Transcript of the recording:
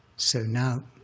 so now